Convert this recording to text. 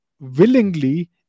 willingly